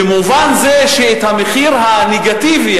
במובן זה שאת המחיר הנגטיבי,